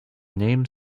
name